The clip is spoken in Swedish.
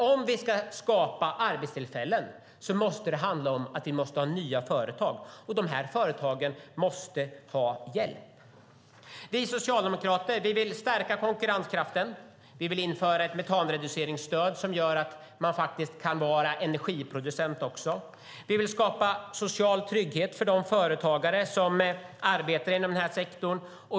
Om vi ska skapa arbetstillfällen måste det handla om att vi ska ha nya företag, och dessa företag måste ha hjälp. Vi socialdemokrater vill stärka konkurrenskraften. Vi vill införa ett metanreduceringsstöd som gör att man kan vara energiproducent också. Vi vill skapa social trygghet för de företagare som arbetar inom den här sektorn.